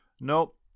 Nope